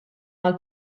mal